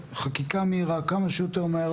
חקיקה מהירה כמה שיותר מהר,